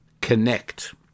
connect